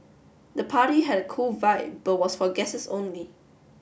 the party had a cool vibe but was for guests only